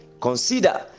consider